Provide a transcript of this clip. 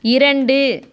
இரண்டு